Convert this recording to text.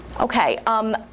Okay